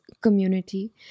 community